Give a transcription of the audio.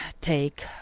take